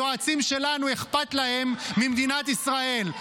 ליועצים שלנו אכפת ממדינת ישראל.